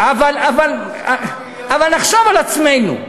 אבל נחשוב על עצמנו.